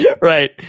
Right